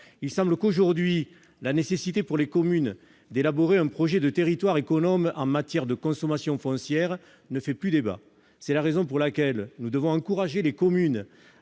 Il semble qu'aujourd'hui la nécessité pour les communes d'élaborer un projet de territoire économe en matière de consommation foncière ne fait plus débat. C'est la raison pour laquelle nous devons encourager les communes